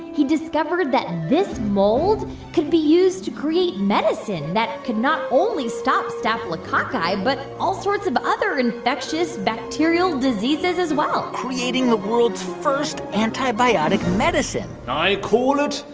he discovered that this mold could be used to create medicine that can not only stop staphylococci but all sorts of other infectious bacterial diseases, as well creating the world's first antibiotic medicine i call it